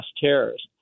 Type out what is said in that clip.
terrorists